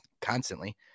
constantly